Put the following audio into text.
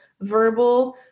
verbal